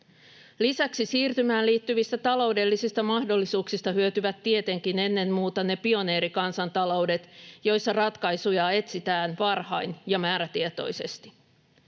Lisäksi siirtymään liittyvistä taloudellisista mahdollisuuksista hyötyvät tietenkin ennen muuta ne pioneerikansantaloudet, joissa ratkaisuja etsitään varhain ja määrätietoisesti.